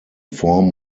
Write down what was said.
form